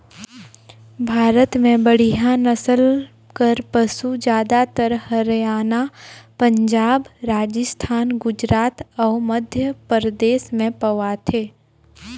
भारत में बड़िहा नसल कर पसु जादातर हरयाना, पंजाब, राजिस्थान, गुजरात अउ मध्यपरदेस में पवाथे